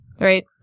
Right